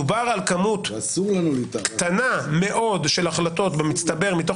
מדובר בכמות קטנה מאוד של החלטות במצטבר מתוך